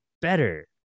better